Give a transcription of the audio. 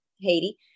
Haiti